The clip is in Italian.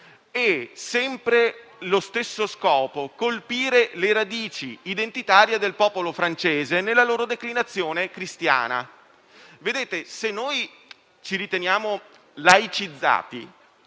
e sempre con lo stesso scopo, ovvero colpire le radici identitarie del popolo francese, nella loro declinazione cristiana. Se ci riteniamo laicizzati